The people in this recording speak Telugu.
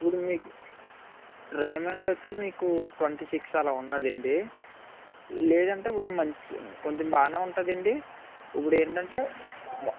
ఇప్పుడు మీకు రైమండ్ వచ్చి ట్వెంటీ సిక్స్ అలా ఉందండి లేదంటే ఇప్పుడు మంచి కొంచం బాగానే ఉంటుందండి ఇప్పుడేంటంటే